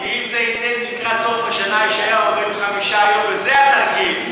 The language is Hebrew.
כי אם לקראת סוף השנה יישארו 45 יום, בזה התרגיל.